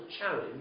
challenge